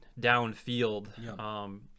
downfield